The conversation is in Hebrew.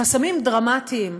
חסמים דרמטיים,